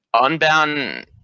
Unbound